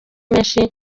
menshi